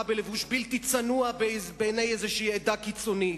בלבוש בלתי צנוע בעיני איזו עדה קיצונית.